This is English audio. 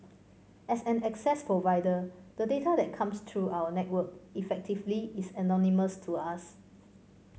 as an access provider the data that comes through our network effectively is anonymous to us